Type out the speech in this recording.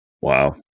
Wow